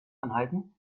anhalten